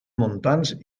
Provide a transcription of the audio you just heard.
montans